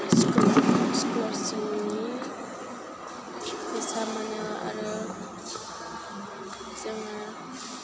स्ख'लारशिपनि फैसा मोनो आरो जोङो